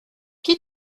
qui